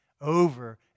Over